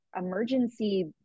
emergency